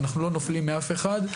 אנחנו לא נופלים מאף אחד,